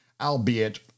Albeit